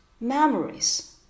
memories